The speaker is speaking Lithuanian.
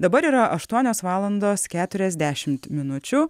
dabar yra aštuonios valandos keturiasdešimt minučių